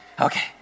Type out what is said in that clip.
okay